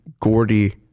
Gordy